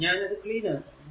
ഞാൻ ഇത് ക്ലീൻ ആക്കുന്നു